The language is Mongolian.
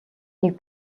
нэг